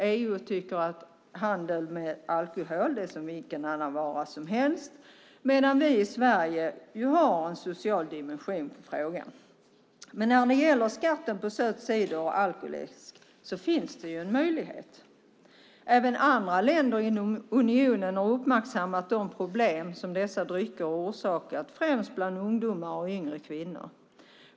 EU tycker att handel med alkohol är som handel med vilken vara som helst, medan vi i Sverige har en social dimension på frågan. När det gäller skatt på söt cider och alkoläsk finns det en möjlighet. Även andra länder inom unionen har uppmärksammat de problem som dessa drycker har orsakat, främst bland ungdomar och yngre kvinnor.